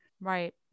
right